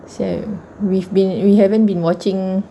so we've been we haven't been watching